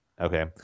Okay